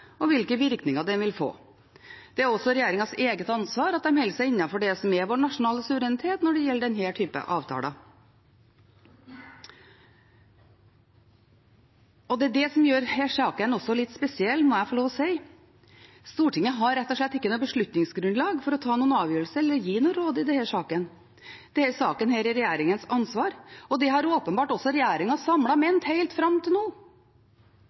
og hvilke virkninger den vil få. Det er også regjeringens eget ansvar at den holder seg innenfor det som er vår nasjonale suverenitet når det gjelder denne typen avtaler. Det er det som også gjør denne saken litt spesiell, må jeg få lov å si. Stortinget har rett og slett ikke noe beslutningsgrunnlag for å ta noen avgjørelser eller gi noe råd i denne saken. Denne saken er regjeringens ansvar, og det har åpenbart også regjeringen samlet ment, helt fram til nå.